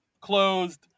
closed